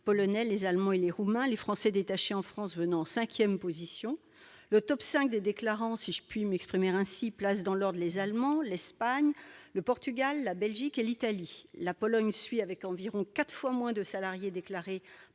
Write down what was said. Polonais, les Allemands et les Roumains, les Français détachés en France venant en cinquième position. Le « top 5 » des déclarants, si je puis m'exprimer ainsi, place dans l'ordre : l'Allemagne, l'Espagne, le Portugal, la Belgique et l'Italie. La Pologne vient ensuite, avec environ quatre fois moins de salariés déclarés